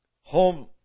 home